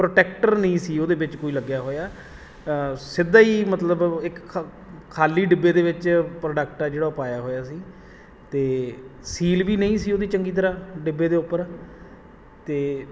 protector ਨਹੀਂ ਸੀ ਉਹਦੇ ਵਿੱਚ ਕੋਈ ਲੱਗਿਆ ਹੋਇਆ ਸਿੱਧਾ ਹੀ ਮਤਲਬ ਇੱਕ ਖ ਖਾਲੀ ਡਿੱਬੇ ਦੇ ਵਿੱਚ ਪ੍ਰੋਡਕਟ ਆ ਜਿਹੜਾ ਉਹ ਪਾਇਆ ਹੋਇਆ ਸੀ ਅਤੇ ਸੀਲ ਵੀ ਨਹੀਂ ਸੀ ਉਹਦੀ ਚੰਗੀ ਤਰ੍ਹਾਂ ਡਿੱਬੇ ਦੇ ਉੱਪਰ ਅਤੇ